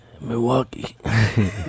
Milwaukee